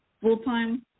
full-time